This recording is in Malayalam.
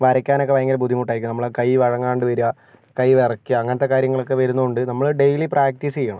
വരക്കാനൊക്കെ ഭയങ്കര ബുദ്ധിമുട്ടായിരിക്കും നമ്മളുടെ കൈ വഴങ്ങാണ്ട് വരിക കൈ വിറക്കുക അങ്ങനത്തെ കാര്യങ്ങളൊക്കെ വരുന്നതു കൊണ്ട് നമ്മൾ ഡെയ്ലി പ്രാക്ടീസ് ചെയ്യണം